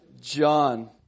John